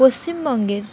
পশ্চিমবঙ্গের